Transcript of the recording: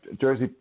Jersey